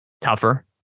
tougher